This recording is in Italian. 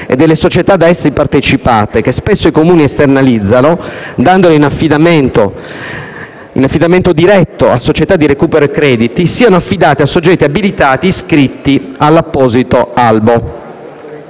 e delle società a essi partecipate che spesso i Comuni esternalizzano, dandole in affidamento diretto a società di recupero e crediti, siano affidate a soggetti abilitati iscritti all'apposito albo.